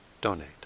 donate